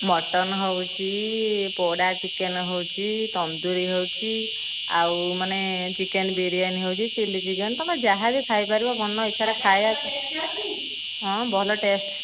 mutton ହେଉଛି ପୋଡ଼ା chicken ହେଉଛି ତନ୍ଦୁରି ହେଉଛି ଆଉ ମାନେ ଚିକେନ ବିରିୟାନୀ ହେଉଛି ଚିଲ୍ଲି ଚିକେନ ତମେ ଯାହା ବି ଖାଇପାରିବ ମନ ଇଚ୍ଛା ରେ ଖାଇବାକୁ ହଁ ଭଲ ଟେଷ୍ଟ